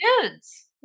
dudes